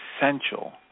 essential